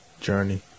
journey